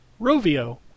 Rovio